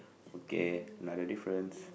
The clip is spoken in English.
okay another difference